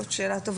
זאת שאלה טובה.